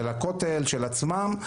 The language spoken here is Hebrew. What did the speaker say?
של הכותל ושל עצמם,